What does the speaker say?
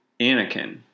Anakin